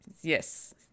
yes